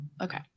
okay